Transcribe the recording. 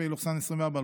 פ/2465/24,